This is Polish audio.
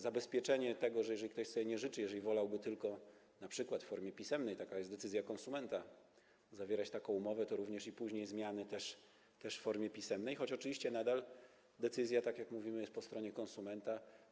Zabezpieczenie tego, jeżeli ktoś sobie nie życzy, jeżeli wolałby tylko np. w formie pisemnej - taka jest decyzja konsumenta - zawierać taką umowę, żeby również i późniejsze zmiany były wprowadzane w formie pisemnej, choć oczywiście nadal decyzja, tak jak mówimy, jest po stronie konsumenta.